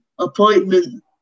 Appointment